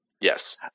Yes